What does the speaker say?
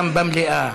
וגם במליאה.